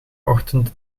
ochtend